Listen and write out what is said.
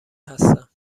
هستم